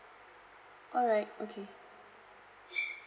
alright okay